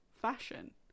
fashion